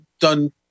done